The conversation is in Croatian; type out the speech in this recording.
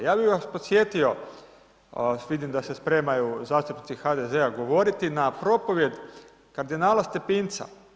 Ja bih vas podsjetio, vidim da se spremaju zastupnici HDZ-a govoriti na propovijed kardinala Stepinca.